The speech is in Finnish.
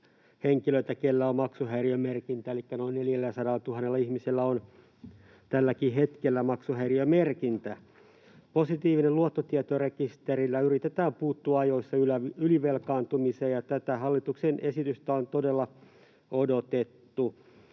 henkilöitä, keillä on maksuhäiriömerkintä, elikkä noin 400 000 ihmisellä on tälläkin hetkellä maksuhäiriömerkintä. Positiivisella luottotietorekisterillä yritetään puuttua ajoissa ylivelkaantumiseen, ja tätä hallituksen esitystä on todella odotettu.